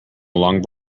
along